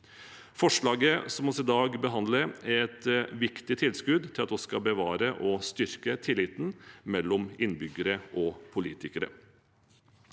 Forslaget vi i dag behandler, er et viktig tilskudd til å bevare og styrke tilliten mellom innbyggere og politikere.